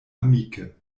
amike